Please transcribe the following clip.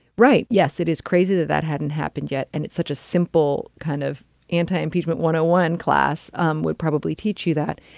right. yes, it is crazy that that hadn't happened yet. and it's such a simple kind of anti impeachment. one to one class um would probably teach you that.